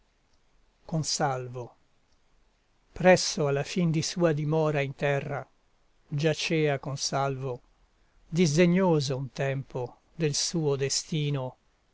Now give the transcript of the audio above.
sospirar m'avanza presso alla fin di sua dimora in terra giacea consalvo disdegnoso un tempo del suo destino